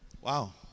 Wow